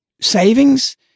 savings